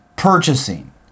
Purchasing